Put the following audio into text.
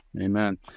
Amen